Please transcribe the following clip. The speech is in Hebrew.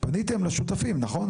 פניתם אל השותפים, נכון?